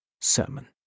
sermon